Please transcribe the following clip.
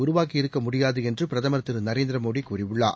உருவாக்கியிருக்க முடியாது என்று பிரதமர் திரு நரேந்திர மோடி கூறியுள்ளார்